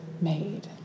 made